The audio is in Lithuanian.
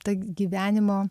ta gyvenimo